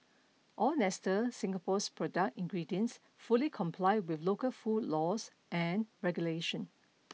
all Nestle Singapore's product ingredients fully comply with local food laws and regulation